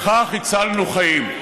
בכך הצלנו חיים.